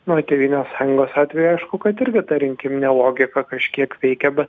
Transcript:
na o tėvynės sąjungos atveju aišku kad irgi ta rinkiminė logika kažkiek veikė bet